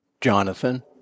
Jonathan